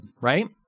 right